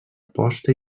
posta